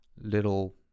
little